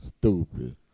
Stupid